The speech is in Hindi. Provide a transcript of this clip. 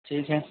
ठीक है